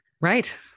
Right